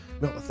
No